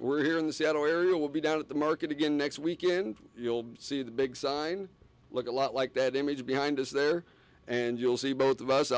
we're here in the seattle area will be down at the market again next weekend you'll see the big sign look a lot like that image behind us there and you'll see both of us i'll